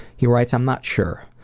he writes, i'm not sure.